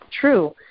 true